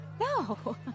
No